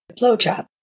blowjob